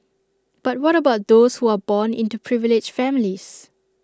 but what about those who are born into privileged families